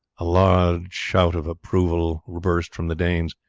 a loud shout of approval burst from the danes.